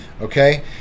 okay